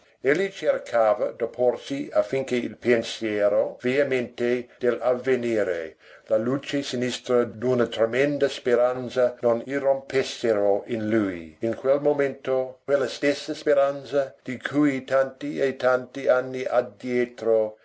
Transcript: imposte egli cercava d'opporsi affinché il pensiero veemente dell'avvenire la luce sinistra d'una tremenda speranza non irrompessero in lui in quel momento quella stessa speranza di cui tanti e tanti anni addietro